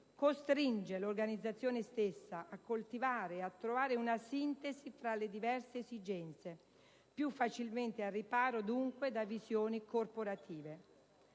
costringe l'organizzazione stessa a coltivare e a trovare una sintesi tra le diverse esigenze, più facilmente al riparo dunque da visioni corporative.